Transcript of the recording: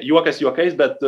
juokas juokais bet